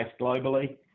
globally